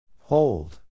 Hold